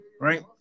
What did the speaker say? right